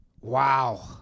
Wow